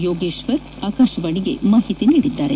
ಯೋಗೇಶ್ವರ ಆಕಾಶವಾಣಿಗೆ ಮಾಹಿತಿ ನೀಡಿದ್ದಾರೆ